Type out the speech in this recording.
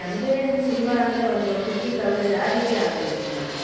ನಮಗೆ ಅಂದರೆ ತುಂಬ ಅಂದರೆ ಒಂದು ಫಿಫ್ಟಿ ತೌಸಂಡ್ ಆ ರೀತಿ ಆಗಬೇಕಿತ್ತು ಮೇಡಮ್